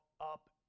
up